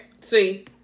See